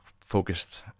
focused